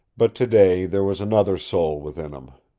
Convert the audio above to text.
but today there was another soul within him.